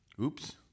Oops